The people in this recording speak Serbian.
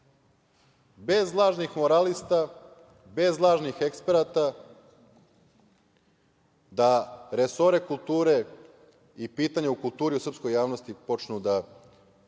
bez lažnih moralista, bez lažnih eksperata, da resore kulture i pitanja u kulturi u srpskoj javnosti počnu da,